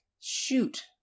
shoot